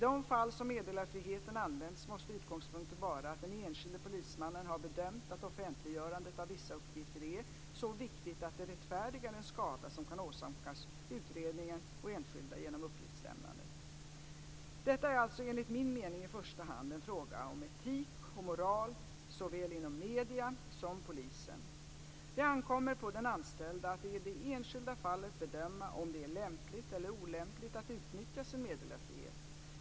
I de fall som meddelarfriheten används måste utgångspunkten vara att den enskilde polismannen har bedömt att offentliggörandet av vissa uppgifter är så viktigt att det rättfärdigar den skada som kan åsamkas utredningen och enskilda genom uppgiftslämnandet. Detta är alltså enligt min mening i första hand en fråga om etik och moral såväl inom medierna som polisen. Det ankommer på den anställde att i det enskilda fallet bedöma om det är lämpligt eller olämpligt att utnyttja sin meddelarfrihet.